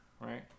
right